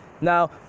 Now